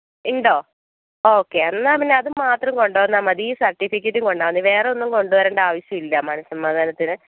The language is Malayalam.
ഉണ്ടോ ഓക്കേ എന്നാൽ പിന്നെ അത് മാത്രം കൊണ്ടുവന്നാൽ മതി ഈ സർട്ടിഫിക്കറ്റും കൊണ്ടുവന്നാൽ വേറെ ഒന്നും കൊണ്ട് വരേണ്ട ആവശ്യം ഇല്ല മനസമാധാനത്തിന്